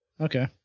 Okay